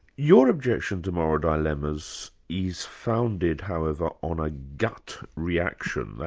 your objection to moral dilemmas is founded however, on a gut reaction,